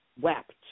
wept